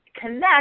connect